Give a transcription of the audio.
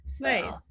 Nice